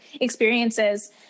experiences